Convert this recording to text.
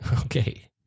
Okay